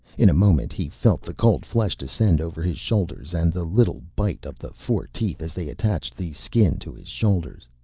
in a moment he felt the cold flesh descend over his shoulders and the little bite of the four teeth as they attached the skin to his shoulders.